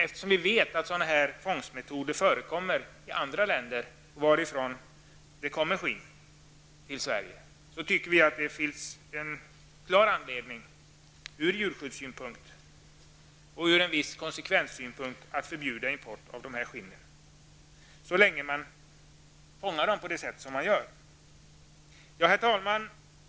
Eftersom vi vet att oacceptabla fångstmetoder förekommer i andra länder varifrån skinn importeras till Sverige, tycker vi att det är stor anledning från djurskyddssynpunkt och från en viss konsekvenssynpunkt att förbjuda införsel av skinnen i fråga, dvs. så länge djuren fångas på det sätt som det här rör sig om. Herr talman!